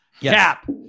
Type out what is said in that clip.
Cap